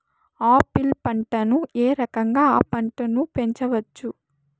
Apple పంటను ఏ రకంగా అ పంట ను పెంచవచ్చు?